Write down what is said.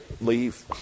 leave